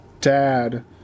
dad